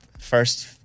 first